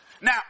Now